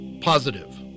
Positive